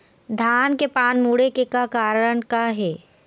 धान के पान मुड़े के कारण का हे?